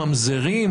הממזרים,